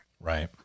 Right